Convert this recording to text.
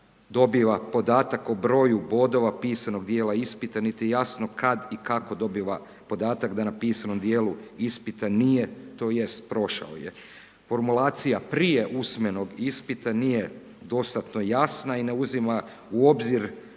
dobiva podatak o broju bodova pisanog dijela ispita niti je jasno kad i kako dobiva podatak da na pisanom dijelu ispita nije tj. prošao je. Formulacija prije usmenog ispita nije dostatno jasna i ne uzima u obzir